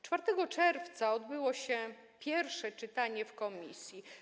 4 czerwca odbyło się pierwsze czytanie w komisji.